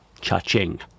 cha-ching